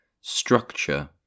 Structure